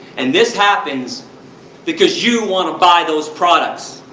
and this happens because you wanna buy those products.